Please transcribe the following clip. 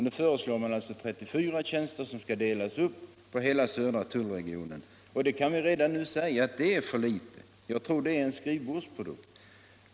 Nu föreslår man alltså 34 tjänster, som skall delas upp på hela södra tullregionen. Redan nu kan vi säga att detta är för litet. Jag tror det är en skrivbordsprodukt.